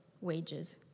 wages